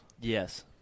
Yes